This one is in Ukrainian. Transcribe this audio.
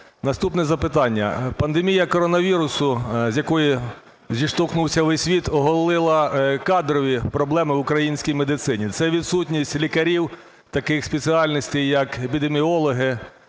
Наступне запитання. Пандемія коронавірусу, з якою зіштовхнувся весь світ оголила кадрові проблеми в українській медицині. Це відсутність лікарів таких спеціальностей як епідеміологи,